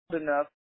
enough